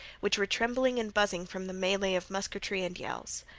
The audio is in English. which were trembling and buzzing from the melee of musketry and yells.